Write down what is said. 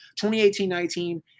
2018-19